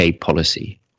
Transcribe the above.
policy